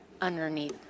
underneath